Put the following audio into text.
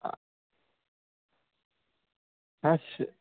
হ্যাঁ সে